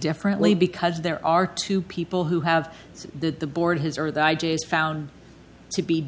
differently because there are two people who have said that the board has or that i just found to be